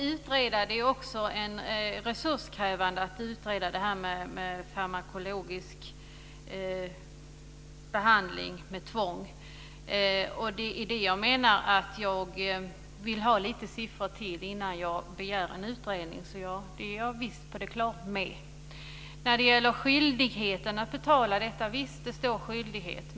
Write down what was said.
Fru talman! Att utreda det här med farmakologisk behandling med tvång är också resurskrävande. Det är därför jag menar att jag vill ha lite mer siffror innan jag begär en utredning. Jag är visst på det klara med detta. Sedan gällde det skyldigheten att betala. Visst, det står skyldighet.